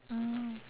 ah